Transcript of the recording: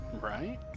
Right